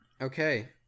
okay